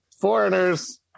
Foreigners